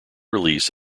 release